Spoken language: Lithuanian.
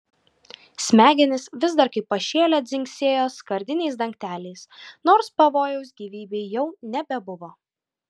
smegenys vis dar kaip pašėlę dzingsėjo skardiniais dangteliais nors pavojaus gyvybei jau nebebuvo